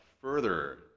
further